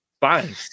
fine